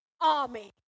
army